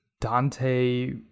Dante